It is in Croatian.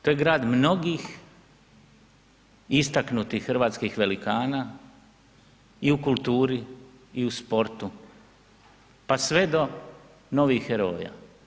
To je grad mnogih istaknutih hrvatskih velikana i u kulturi i u sportu, pa sve do novih heroja.